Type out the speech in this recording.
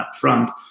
upfront